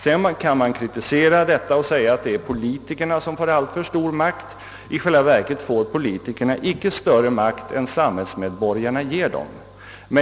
Sedan kan man kritisera och säga att politikerna får alltför stor makt. I själva verket får de inte större makt än samhällsmedborgarna ger dem.